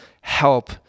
help